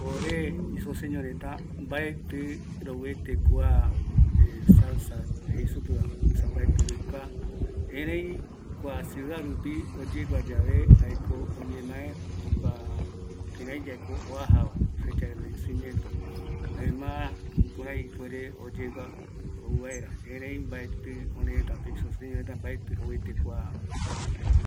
Ore isoseño reta mbaetɨ rouete kua salsa jei supeva, mbaetɨ rou kua, erei kua ciudad rupi oyegua yave, jaeko oñemae kiraiyae mako oaja va, fecha de vencimiento, jaema jayae oyegua rou vaera, erei orereta isoseñoreta mbaetɨ rouete kua tembiu